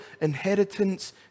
inheritance